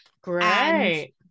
Great